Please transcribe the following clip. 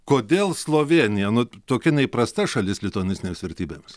kodėl slovėnija nu tokia neįprasta šalis lituanistinėmis vertybėmis